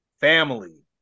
family